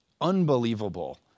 Unbelievable